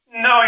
No